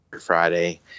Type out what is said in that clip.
Friday